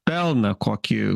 pelną kokį